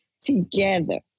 together